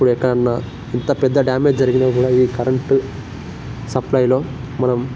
ఇప్పుడు ఎక్కడన్నా ఎంత పెద్ద డ్యామేజ్ జరిగినా కూడా ఈ కరంటు సప్లైలో మనం